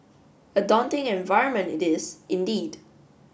a daunting environment it is indeed